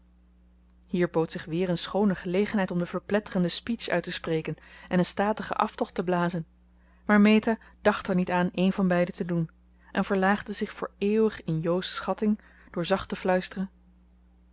hier bood zich weer een schoone gelegenheid om de verpletterende speech uit te spreken en een statigen aftocht te blazen maar meta dacht er niet aan een van beide te doen en verlaagde zich voor eeuwig in jo's schatting door zacht te fluisteren